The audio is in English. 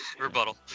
Rebuttal